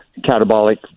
catabolic